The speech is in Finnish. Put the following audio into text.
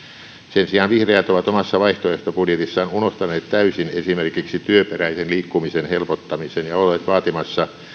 sen sijaan vihreät ovat omassa vaihtoehtobudjetissaan unohtaneet täysin esimerkiksi työperäisen liikkumisen helpottamisen ja olleet vaatimassa